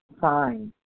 fine